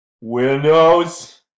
windows